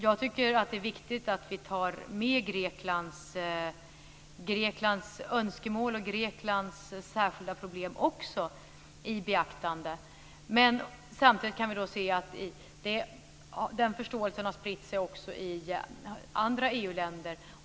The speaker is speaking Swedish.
Jag tycker att det är viktigt att vi tar med Greklands önskemål och särskilda problem i beaktande. Samtidigt kan vi se att den förståelsen spritt sig också i andra EU-länder.